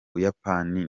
buyapani